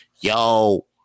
yo